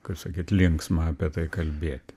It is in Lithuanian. kaip sakyt linksma apie tai kalbėti